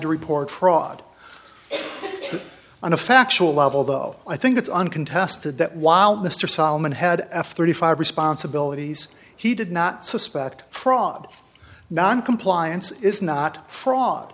to report fraud but on a factual level though i think it's uncontested that while mr solomon had f thirty five responsibilities he did not suspect fraud noncompliance is not fraud